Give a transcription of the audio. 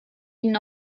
ihnen